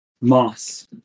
Moss